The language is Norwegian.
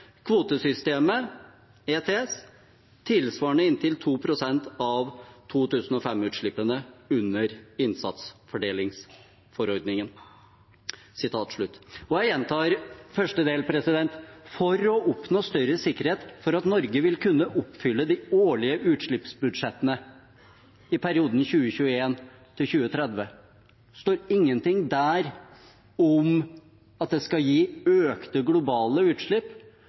kvotesystemet (EU Emission Trading System ) tilsvarende inntil 2 pst. av 2005-utslippene under innsatsfordelingsforordningen.» Jeg gjentar første del: «For å oppnå større sikkerhet for at Norge vil kunne oppfylle de årlige utslippsbudsjettene i perioden 2021–2030» – det står ingenting der om at det skal gi økte globale utslipp.